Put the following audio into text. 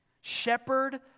Shepherd